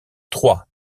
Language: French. trois